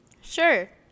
sure